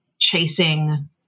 chasing